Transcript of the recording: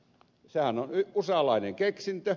sehän on usalainen keksintö